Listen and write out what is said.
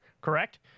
correct